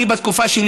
בתקופה שלי,